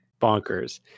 bonkers